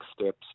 steps